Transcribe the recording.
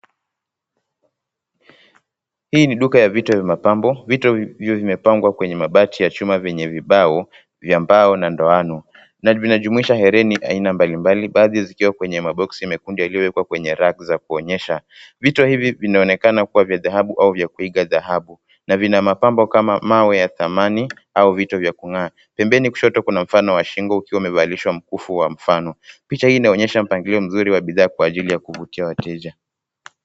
Hii ni duka ya vitu ya mapambo, vitu hivyo vimepangwa kwenye mabati ya chuma venye vibao vya mbao na ndoano, na vina jumuisha hereni aina mbalimbali baadhi zikuwa kwenye maboxi mekundu yaliyowekewa kwenye rafu za kuonyesha. Vitu hivi vinaonekana kuwa vya dhahabu au vya kuiga dhahabu, na vina mapambo kama mawe ya dhamani au vitu vya kung'aa. Pembeni kushoto kuna mfano wa shingo ukiwa umevalishwa mkufu wa mfano. Picha hii inaonesha mpangilio mzuri wa bidhaa kwa ajili ya kuvutia wateja.